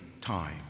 time